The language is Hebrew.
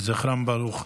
יהי זכרם ברוך.